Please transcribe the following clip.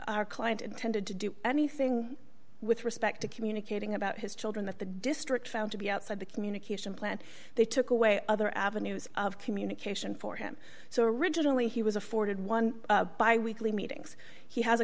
our client intended to do anything with respect to communicating about his children that the district found to be outside the communication plan they took away other avenues of communication for him so originally he was afforded one by weekly meetings he has a